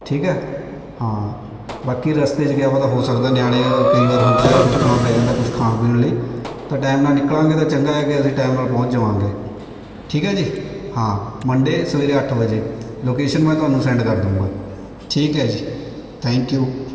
ਠੀਕ ਹੈ ਹਾਂ ਬਾਕੀ ਰਸਤੇ 'ਚ ਕਿਆ ਪਤਾ ਹੋ ਸਕਦਾ ਨਿਆਣੇ ਕਈ ਵਾਰ ਹੁੰਦਾ ਹੈ ਰੋਕਣਾ ਪੈ ਜਾਂਦਾ ਕੁਝ ਖਾਣ ਪੀਣ ਲਈ ਤਾਂ ਟਾਇਮ ਨਾਲ ਨਿਕਲਾਂਗੇ ਤਾਂ ਚੰਗਾ ਹੈ ਕਿ ਅਸੀਂ ਟਾਇਮ ਨਾਲ ਪਹੁੰਚ ਜਾਵਾਂਗੇ ਠੀਕ ਹੈ ਜੀ ਹਾਂ ਮੰਡੇ ਸਵੇਰੇ ਅੱਠ ਵਜੇ ਲੋਕੇਸ਼ਨ ਮੈਂ ਤੁਹਾਨੂੰ ਸੈਂਡ ਕਰਦੂਂਗਾ ਠੀਕ ਹੈ ਜੀ ਥੈਂਕ ਯੂ